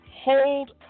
hold